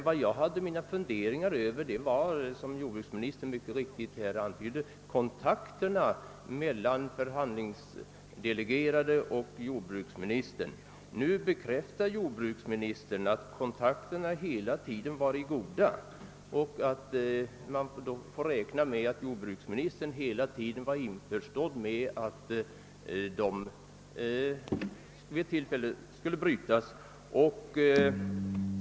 Vad jag hade några funderingar kring gällde, som jordbruksministern mycket riktigt antydde, kontakterna mellan statens förhandlingsdelegerade och jordbruksministern. Nu bekräftar jordbruksministern att kontakterna hela tiden varit goda. Man får alltså räkna med att jordbruksministern var på det klara med att förhandlingarna vid detta tillfälle skulle brytas.